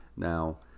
Now